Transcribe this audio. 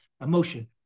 emotion